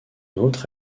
autre